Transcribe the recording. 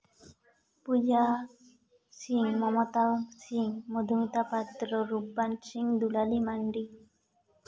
Puja Singh Mamata Singh Madhumita Patra Rupban Singh Dulali Mandi